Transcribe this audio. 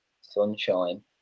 sunshine